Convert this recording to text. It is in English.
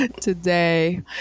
today